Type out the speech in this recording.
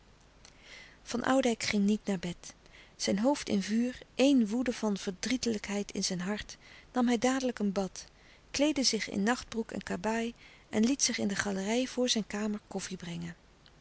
van oudijck ging niet naar bed zijn hoofd in vuur éen woede van verdrietelijkheid in zijn hart nam hij dadelijk een bad kleedde zich in nachtbroek en kabaai en liet zich in de galerij voor zijn kamer koffie brengen